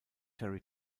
jerry